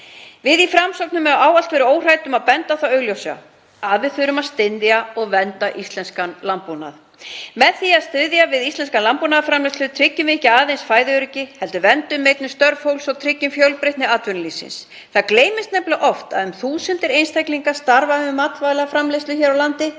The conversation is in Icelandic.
Við í Framsókn höfum ávallt verið óhrædd við að benda á það augljósa, að við þurfum að styðja og vernda íslenskan landbúnað. Með því að styðja við íslenska landbúnaðarframleiðslu tryggjum við ekki aðeins fæðuöryggi heldur verndum einnig störf fólks og tryggjum fjölbreytni atvinnulífsins. Það gleymist nefnilega oft að þúsundir einstaklinga starfa við matvælaframleiðslu hér á landi.